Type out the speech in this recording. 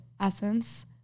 essence